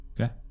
Okay